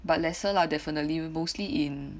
but lesser lah definitely mostly in